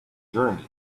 journey